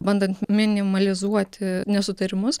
bandant minimalizuoti nesutarimus